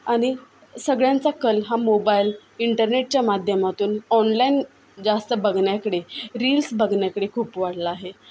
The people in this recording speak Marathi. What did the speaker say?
आणि सगळ्यांचा कल हा मोबाईल इंटरनेटच्या माध्यमातून ऑनलाईन जास्त बघण्याकडे रील्स बघण्याकडे खूप वाढला आहे